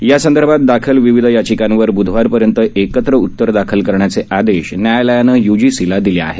यासंदर्भात दाखल विविध याचिकांवर बुधवारपर्यंत एकत्र उत्तर दाखल करण्याचे आदेश न्यायालयाने यूजीसीला दिले आहे